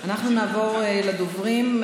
אנחנו נעבור לדוברים.